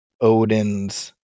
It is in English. Odin's